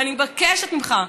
ואני מבקשת ממך,